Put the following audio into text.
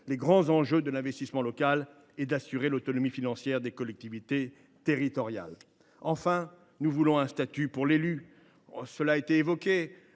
les grands enjeux de l’investissement local et d’assurer l’autonomie financière des collectivités. Enfin, nous voulons un statut pour l’élu. Il a été fait